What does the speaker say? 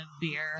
beer